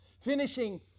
finishing